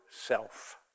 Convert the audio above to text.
self